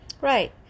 right